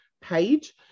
page